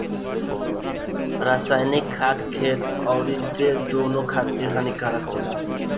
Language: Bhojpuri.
रासायनिक खाद खेत अउरी देह दूनो खातिर हानिकारक होला